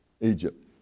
Egypt